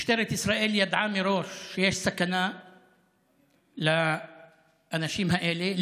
משטרת ישראל ידעה מראש שיש סכנה לאנשים האלה,